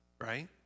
Right